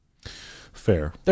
Fair